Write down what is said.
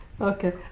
Okay